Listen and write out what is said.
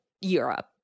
europe